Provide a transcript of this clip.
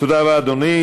תודה רבה, אדוני.